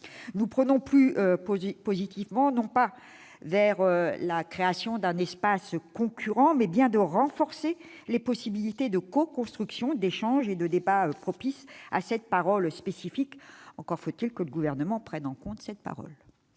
Nous prônons, plus positivement, non pas la création d'un espace concurrent, mais bien le renforcement des possibilités de coconstruction, d'échanges et de débats propices à l'expression de cette parole spécifique. Encore faut-il que le Gouvernement la prenne en compte, bien